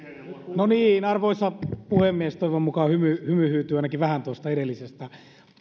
no niin arvoisa puhemies toivon mukaan hymy hyytyy ainakin vähän tuosta edellisestä